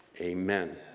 Amen